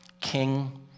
king